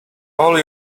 all